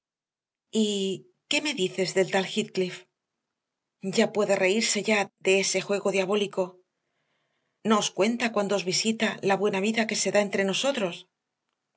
qué me dices del tal heathcliff ya puede reírse ya de ese juego diabólico no os cuenta cuando os visita la buena vida que se da entre nosotros